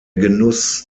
genuss